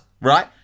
Right